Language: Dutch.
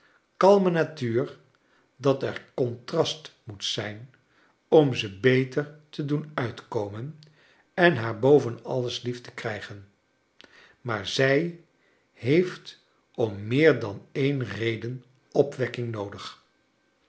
kalme natuur dat er contrast moet zijn om ze beter te doen uitkomen en haar boven alios lief te krijgen inaar zij heeft om meer dan een redon opwekking noodig